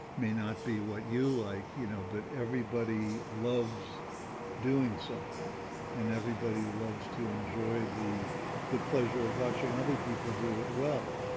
may not be what you like, you know, but everybody loves doing something and everybody loves to enjoy the the pleasure of watching other people do it well,